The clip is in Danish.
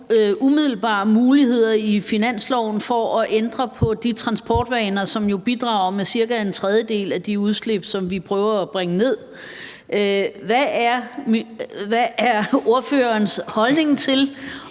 umiddelbare muligheder i finansloven for at ændre på de transportvaner, som jo bidrager med cirka en tredjedel af de udslip, som vi prøver at bringe ned. Hvad er ordførerens holdning til